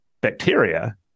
bacteria